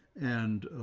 and